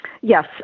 Yes